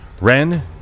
Ren